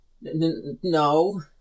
No